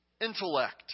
intellect